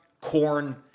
corn